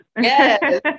Yes